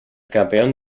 campeón